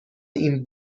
این